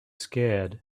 scared